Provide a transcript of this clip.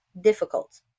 difficult